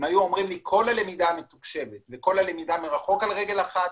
אם היו שואלים אותי על הלמידה המתוקשבת וכל הלמידה מרחוק על רגל אחת,